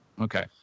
Okay